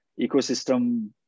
ecosystem